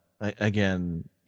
Again